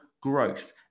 growth